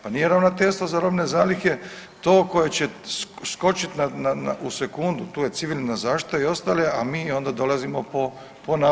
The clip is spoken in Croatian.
Pa nije Ravnateljstvo za robne zalihe to koje će skočiti na, na, u sekundu, tu je civilna zaštita i ostale, a mi onda dolazimo po nalogu.